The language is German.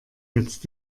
jetzt